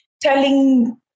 telling